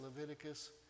Leviticus